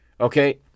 Okay